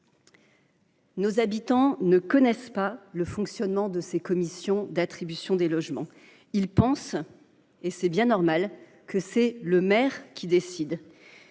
Nos concitoyens ne connaissent pas le fonctionnement de ces commissions d’attribution des logements. Ils pensent – c’est bien normal – que c’est le maire qui décide